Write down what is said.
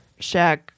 Shaq